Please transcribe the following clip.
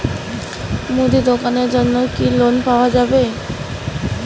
মুদি দোকানের জন্যে কি লোন পাওয়া যাবে?